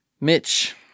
Mitch